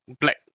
black